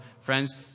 friends